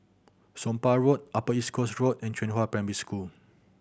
Somapah Road Upper East Coast Road and Qihua Primary School